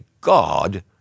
God